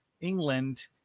England